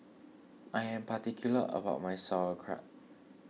I am particular about my Sauerkraut